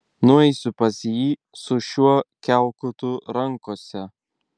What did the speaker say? nueisiu pas jį su šiuo kiaukutu rankose